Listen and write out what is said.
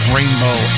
Rainbow